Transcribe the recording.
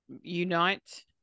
unite